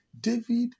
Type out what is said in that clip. David